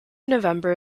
november